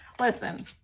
listen